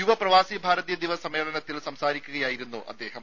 യുവ പ്രവാസി ഭാരതീയ ദിവസ് സമ്മേളനത്തിൽ സംസാരിക്കുകയായിരുന്നു അദ്ദേഹം